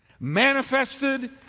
manifested